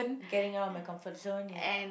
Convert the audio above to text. getting out of my comfort zone ya